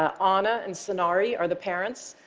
ah um anna and sanare are the parents.